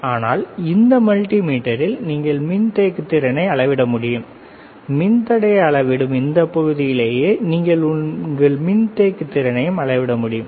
ஆனால் இந்த மல்டி மீட்டரில் நீங்கள் மின்தேக்கு திறனை அளவிட முடியும் மின்தடையை அளவிடும் இந்தப் பகுதியிலேயே நீங்கள் உங்கள் மின்தேக்கு திறனையும் அளவிட முடியும்